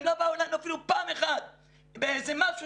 הם לא באו אלינו אפילו פעם אחת באיזה משהו